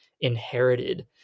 inherited